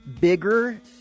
bigger